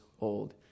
old